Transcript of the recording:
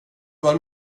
var